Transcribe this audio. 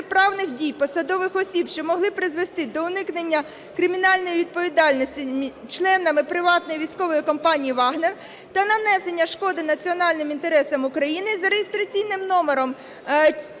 протиправних дій посадових осіб, що могли призвести до уникнення кримінальної відповідальності членами "приватної військової компанії Вагнера" та нанесення шкоди національним інтересам України (за реєстраційним номером